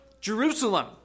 Jerusalem